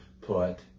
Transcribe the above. put